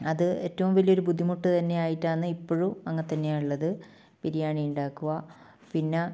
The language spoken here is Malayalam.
അത് ഏറ്റവും വലിയൊരു ബുദ്ധിമുട്ട് തന്നെയായിട്ടാണ് ഇപ്പോഴും അങ്ങനെ തന്നെയാ ഉള്ളത് ബിരിയാണി ഉണ്ടാക്കുക പിന്നെ